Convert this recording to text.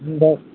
இந்த